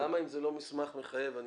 למה אם זה לא מסמך מחייב, את